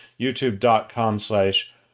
YouTube.com/slash